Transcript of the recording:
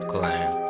Clan